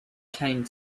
came